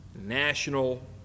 national